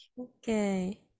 Okay